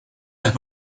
las